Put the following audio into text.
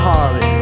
Harley